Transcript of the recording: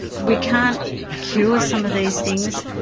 we can't cure some of these things.